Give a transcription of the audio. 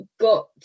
got